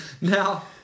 Now